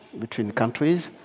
between countries.